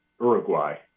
Uruguay